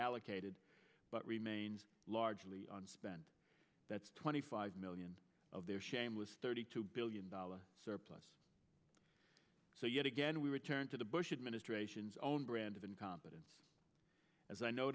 allocated but remains largely on spent that's twenty five million of their shameless thirty two billion dollar surplus so yet again we return to the bush administration's own brand of incompetence as i no